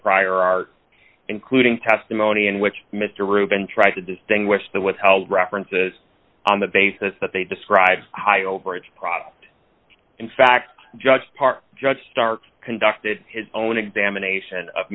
prior art including testimony in which mr rubin tried to distinguish the withheld references on the basis that they described high overage product in fact judge parker judge starr conducted his own examination of